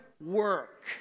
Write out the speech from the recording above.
work